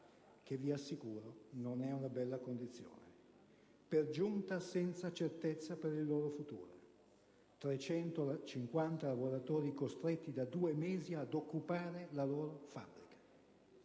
che, vi assicuro, non è una bella condizione, per giunta senza certezza per il loro futuro. Sono 350 lavoratori costretti da due mesi ad occupare la loro fabbrica,